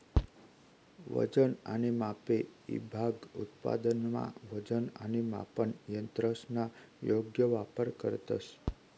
वजन आणि मापे ईभाग उत्पादनमा वजन आणि मापन यंत्रसना योग्य वापर करतंस